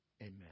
Amen